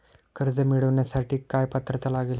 कर्ज मिळवण्यासाठी काय पात्रता लागेल?